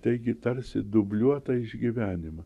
taigi tarsi dubliuotą išgyvenimą